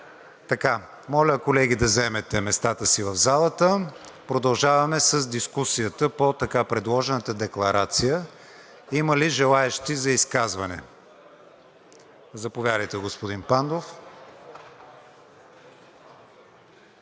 Моля, колеги, да заемете местата си в залата. Продължаваме с дискусията по така предложената декларация. Има ли желаещи за изказване? Заповядайте, господин Пандов.